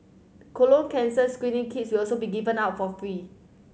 colon cancer screening kits will also be given out for free